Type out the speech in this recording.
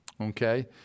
Okay